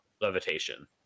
levitation